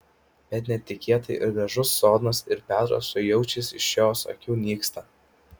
bet netikėtai ir gražus sodnas ir petras su jaučiais iš jos akių nyksta